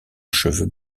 cheveux